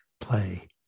play